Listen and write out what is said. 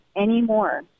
anymore